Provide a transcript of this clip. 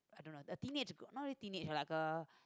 I don't know a teenage girl not really teenage like a